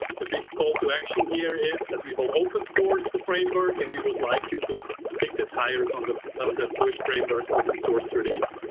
the big call to action here is that we will open source the framework, and we would like you to kick the tires on the and fluid framework open source release.